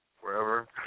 forever